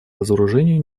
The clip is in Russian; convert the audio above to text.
разоружению